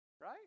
Right